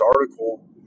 article